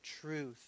truth